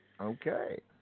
Okay